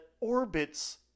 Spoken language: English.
orbits